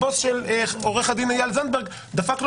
הבוס של עורך הדין של איל זנדברג דפק על